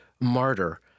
martyr